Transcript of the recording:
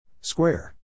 Square